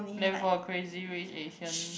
then for Crazy Rich Asian